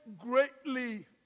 greatly